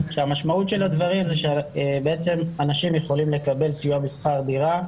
שהמשמעות של הדברים זה שבעצם אנשים יכולים לקבל סיוע בשכר דירה,